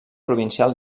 provincial